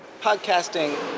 podcasting